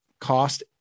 cost